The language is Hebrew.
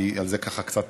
כי על זה ככה קצת